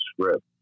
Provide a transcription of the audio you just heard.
script